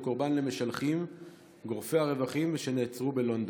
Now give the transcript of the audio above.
קורבן למשלחים גורפי הרווחים ונעצרו בלונדון.